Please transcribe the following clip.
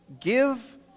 give